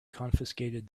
confiscated